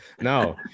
No